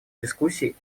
дискуссий